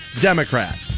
Democrat